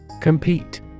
Compete